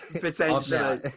potentially